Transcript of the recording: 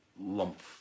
lump